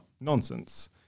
nonsense